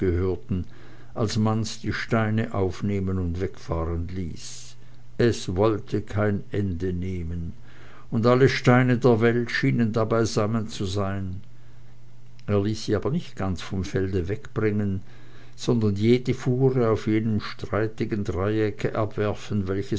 als manz die steine aufnehmen und wegfahren ließ es wollte kein ende nehmen und alle steine der welt schienen da beisammen zu sein er ließ sie aber nicht ganz vom felde wegbringen sondern jede fuhre auf jenem streitigen dreiecke abwerfen